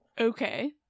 Okay